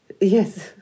Yes